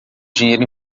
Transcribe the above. dinheiro